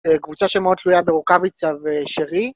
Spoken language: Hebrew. קבוצה שמאוד תלויה ברוקביצה ושרי